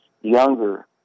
younger